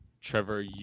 Trevor